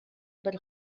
бер